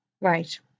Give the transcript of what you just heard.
Right